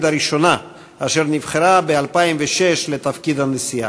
הראשונה אשר נבחרה ב-2006 לתפקיד הנשיאה.